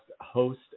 host